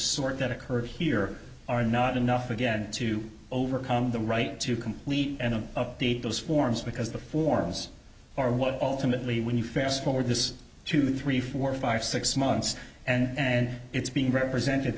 sort that occurred here are not enough again to overcome the right to complete and update those forms because the forms are what ultimately when you fast forward this two three four five six months and then it's being represented